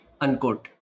unquote